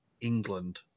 England